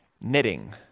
knitting